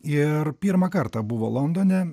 ir pirmą kartą buvo londone